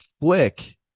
Flick